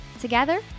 Together